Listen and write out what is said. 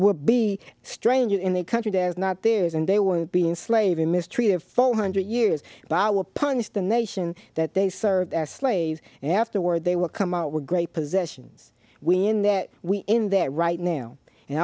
would be strange in a country that is not theirs and they were being slaving mistreated full hundred years by will punish the nation that they serve as slaves and afterward they will come out were great possessions when that we're in there right now and